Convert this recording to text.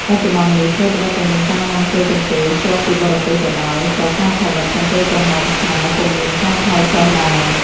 បច្ចុប្បន្ននេះ ថ្វីត្បិតតែមានការនាំចូលកន្ទេលជ័រពីបរទេសក៏ដោយ ក៏ការផលិត កន្ទេលក្រហមខ្មែរពុំមានការថយចុះដែរ។